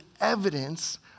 evidence